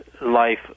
life